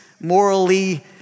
morally